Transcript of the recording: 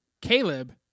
Caleb